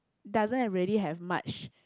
doesn't really have much